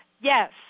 Yes